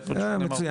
מצוין,